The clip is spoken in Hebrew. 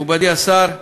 מכובדי השר,